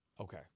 Okay